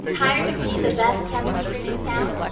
tired of being the best kept secret in town.